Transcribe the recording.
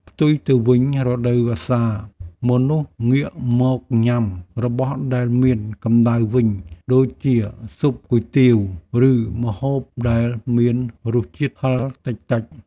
ផ្ទុយទៅវិញរដូវវស្សាមនុស្សងាកមកញ៉ាំរបស់ដែលមានកម្តៅវិញដូចជាស៊ុបគុយទាវ ឬម្ហូបដែលមានរសជាតិហឹរតិចៗ។